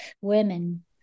women